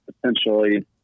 potentially